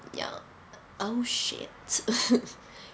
ya oh shit